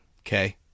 Okay